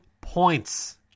points